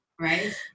Right